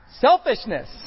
Selfishness